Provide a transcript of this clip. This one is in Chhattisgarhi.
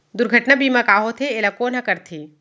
दुर्घटना बीमा का होथे, एला कोन ह करथे?